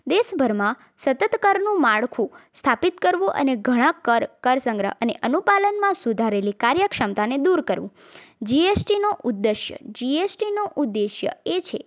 દેશભરમાં સતત કરનું માળખું સ્થાપિત કરવું અને ઘણા કર કર સંગ્રહ અને અનુપાલનમાં સુધારેલી કાર્યક્ષમતાને દૂર કરવું જી એસ ટી નો ઉદ્દેશ્ય જી એસ ટી નો ઉદ્દેશ્ય એ છે